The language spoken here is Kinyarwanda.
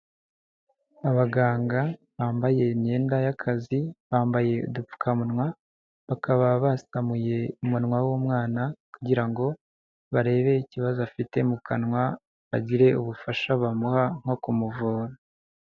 Abaganga bambaye imyenda y'akazi, bambaye udupfukamunwa, bakaba basamuye umunwa w'umwana kugira ngo barebe ikibazo afite mu kanwa, bagire ubufasha bamuha, nko kumuvura.